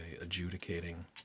adjudicating